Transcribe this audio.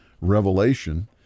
Revelation